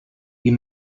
die